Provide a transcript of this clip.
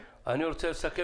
אני רוצה לסכם.